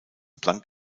planck